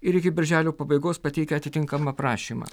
ir iki birželio pabaigos pateikę atitinkamą prašymą